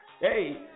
Hey